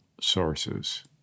sources